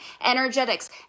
energetics